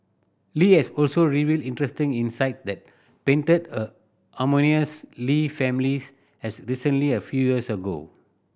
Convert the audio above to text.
Li has also revealed interesting insight that painted a harmonious Lee families as recently a few years ago